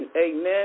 Amen